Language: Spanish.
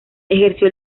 ejerció